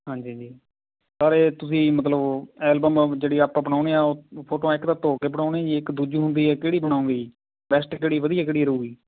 ਹਾਂਜੀ ਹਾਂਜੀ ਸਰ ਇਹ ਤੁਸੀਂ ਮਤਲਬ ਐਲਬਮ ਅ ਜਿਹੜੀ ਆਪਾਂ ਬਣਾਉਣੀ ਆ ਫੋਟੋਆਂ ਇੱਕ ਤਾਂ ਧੋ ਕੇ ਬਣਾਉਣੀ ਜੀ ਇੱਕ ਦੂਜੀ ਹੁੰਦੀ ਆ ਕਿਹੜੀ ਬਣਾਓਂਗੇ ਜੀ ਬੈਸਟ ਕਿਹੜੀ ਵਧੀਆ ਕਿਹੜੀ ਰਹੇਗੀ